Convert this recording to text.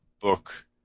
book